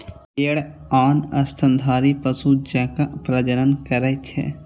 भेड़ आन स्तनधारी पशु जकां प्रजनन करै छै